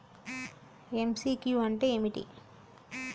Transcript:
MCQ అంటే ఏమిటి?